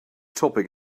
topic